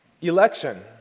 Election